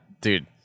Dude